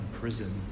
prison